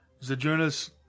Zajunas